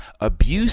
abuse